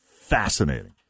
Fascinating